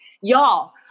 Y'all